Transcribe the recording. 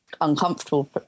uncomfortable